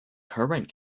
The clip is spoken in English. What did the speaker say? current